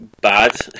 bad